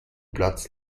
platz